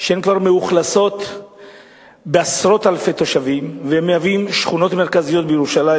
שכבר מאוכלסות בעשרות אלפי תושבים ומהוות שכונות מרכזיות בירושלים,